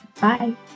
Bye